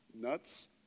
nuts